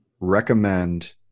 recommend